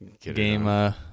Game